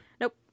Nope